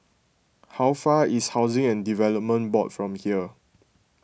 how far is Housing and Development Board from here